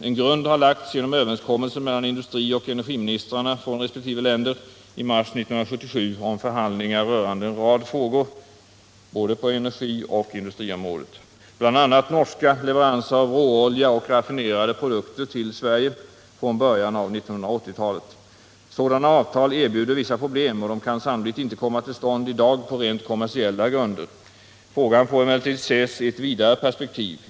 En grund har lagts genom överenskommelsen mellan resp. länders industrioch energiministrar i mars 1977 om förhandlingar rörande en rad frågor på både energioch industriområdet, bl.a. norska leveranser av råolja och raffinerade produkter till Sverige från början av 1980-talet. Sådana avtal erbjuder vissa problem, och de kan sannolikt inte komma till stånd i dag på rent kommersiella grunder. Frågan får emellertid ses i ett vidare perspektiv.